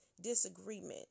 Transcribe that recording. disagreement